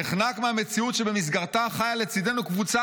נחנק מהמציאות שבמסגרתה חיה לצידנו קבוצה